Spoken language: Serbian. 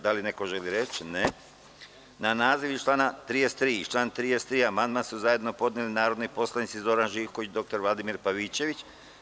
Da li želi reč neko? (Ne.) Na naziv iz člana 33. i član 33. amandman su zajedno podneli narodni poslanici Zoran Živković i dr Vladimir Pavićević.